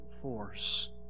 force